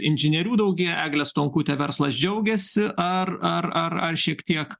inžinierių daugųja egle stonkute verslas džiaugiasi ar ar ar šiek tiek